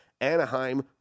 Anaheim